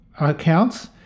accounts